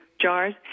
jars